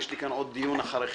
ויש לי כאן עוד דיון אחריכם.